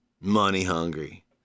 money-hungry